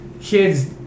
kids